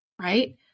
right